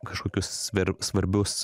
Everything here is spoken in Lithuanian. kažkokius svarbius